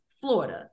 Florida